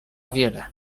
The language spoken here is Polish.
wiele